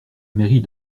mairie